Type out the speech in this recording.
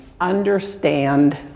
understand